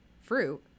fruit